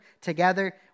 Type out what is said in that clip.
Together